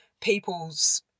people's